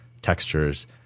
textures